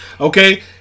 Okay